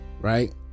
right